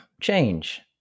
change